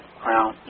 crown